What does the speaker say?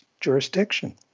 jurisdiction